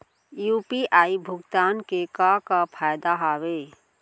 UPI भुगतान के का का फायदा हावे?